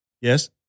yes